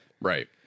right